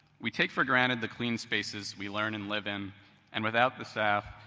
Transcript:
we take for granted the clean spaces we learn and live in and without the staff,